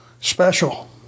special